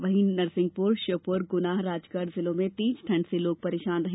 वहीं नरसिंहपुर श्योपुर गुना राजगढ़ जिलों में तेज ठंड से लोग परेशान रहे